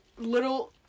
little